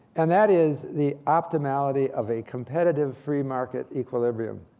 and that is the optimality of a competitive free market equilibrium.